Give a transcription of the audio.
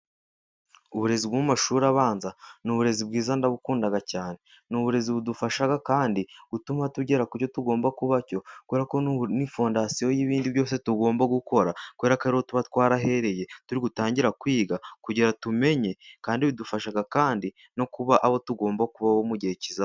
Uburezi bwo mu mashuri abanza, ni uburezi bwiza ndabukunda cyane. Ni uburezi budufasha kandi butuma tugera kucyo tugomba kuba, cyokora ni fondasiyo y'ibindi byose, tugomba gukora kubera ko rero tuba twarahereye dutangira kwiga, kugira ngo tumenye kandi bidufasha, kandi no kuba abo tugomba kubaho mu gihe kiza.